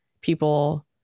people